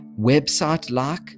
website-like